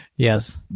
Yes